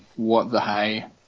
whatthehay